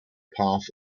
path